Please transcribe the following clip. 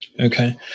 Okay